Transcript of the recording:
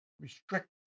restrict